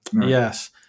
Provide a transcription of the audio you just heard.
Yes